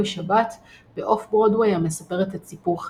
בשבת" באוף ברודוויי המספרת את סיפור חייו.